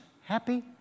happy